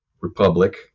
Republic